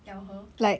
tell her